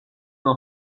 n’en